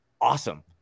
awesome